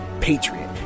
patriot